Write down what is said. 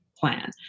plan